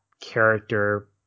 character